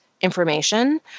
information